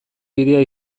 bidea